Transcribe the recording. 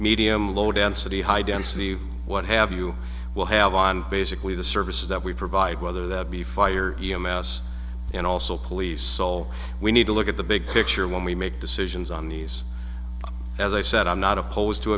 medium low density high density what have you will have on basically the services that we provide whether that be fire e m s and also police soul we need to look at the big picture when we make decisions on these as i said i'm not opposed to